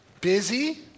busy